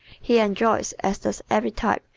he enjoys, as does every type,